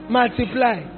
Multiply